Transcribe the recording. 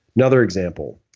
another example,